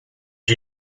you